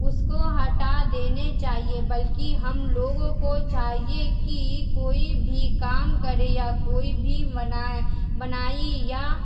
اس کو ہٹا دینے چاہیے بلکہ ہم لوگوں کو چاہیے کہ کوئی بھی کام کریں یا کوئی بھی بنائیں بنائی یا